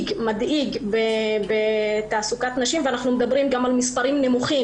אנחנו מדברים גם על מספרים נמוכים.